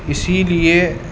اسی لیے